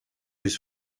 his